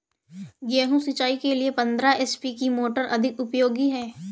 गेहूँ सिंचाई के लिए पंद्रह एच.पी की मोटर अधिक उपयोगी है?